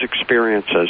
experiences